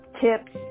tips